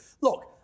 look